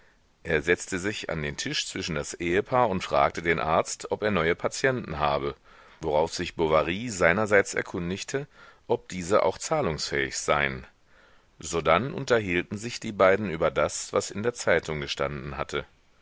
er setzte sich an den tisch zwischen das ehepaar und fragte den arzt ob er neue patienten habe worauf sich bovary seinerseits erkundigte ob diese auch zahlungsfähig seien sodann unterhielten sich die beiden über das was in der zeitung gestanden hatte